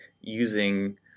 using